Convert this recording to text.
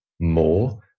more